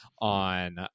on